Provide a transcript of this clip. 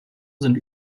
sind